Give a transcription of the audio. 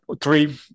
three